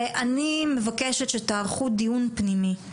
אני מבקשת שתערכו דיון פנימי,